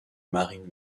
marine